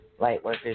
lightworkers